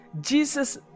Jesus